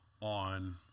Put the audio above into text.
on